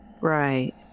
Right